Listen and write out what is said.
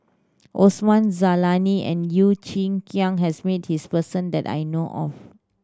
Osman Zailani and Yeo Chee Kiong has met this person that I know of